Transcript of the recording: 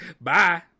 Bye